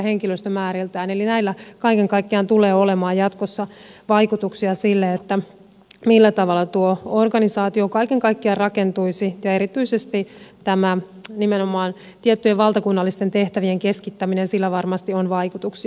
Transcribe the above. näillä kaiken kaikkiaan tulee olemaan jatkossa vaikutuksia siihen millä tavalla tuo organisaatio kaiken kaikkiaan rakentuisi ja erityisesti nimenomaan tiettyjen valtakunnallisten tehtävien keskittämisellä varmasti on vaikutuksia